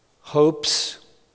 Hopes